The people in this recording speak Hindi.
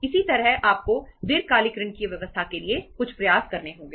इसी तरह आपको दीर्घकालिक ऋण की व्यवस्था के लिए कुछ प्रयास करने होंगे